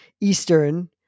Eastern